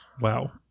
wow